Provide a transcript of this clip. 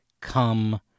come